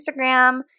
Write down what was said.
Instagram